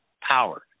power